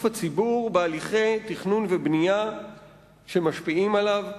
הציבור בהליכי תכנון ובנייה שמשפיעים עליו.